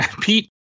Pete